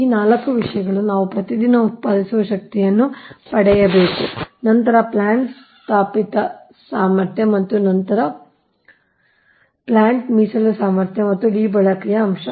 ಈ ನಾಲ್ಕು ವಿಷಯಗಳನ್ನು ನಾವು ಪ್ರತಿದಿನ ಉತ್ಪಾದಿಸುವ ಶಕ್ತಿಯನ್ನು ಪಡೆಯಬೇಕು ನಂತರ ಪ್ಲಾಂಟ್ ಸ್ಥಾಪಿತ ಸಾಮರ್ಥ್ಯ ನಂತರ ಪ್ಲಾಂಟ್ ನ ಮೀಸಲು ಸಾಮರ್ಥ್ಯ ಮತ್ತು D ಬಳಕೆಯ ಅಂಶ